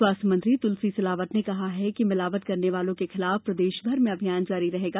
स्वास्थ्य मंत्री तुलसी सिलावट ने कहा है कि मिलावट करने वालों के खिलाफ प्रदेशभर में अभियान जारी रहेगा